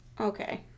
Okay